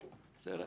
כן.